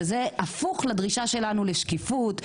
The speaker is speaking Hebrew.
שזה הפוך לדרישה שלנו לשקיפות,